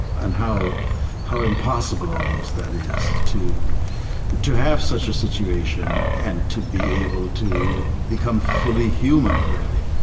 and how how impossible, almost, that is, to to have such a situation and to be able to become fully human, really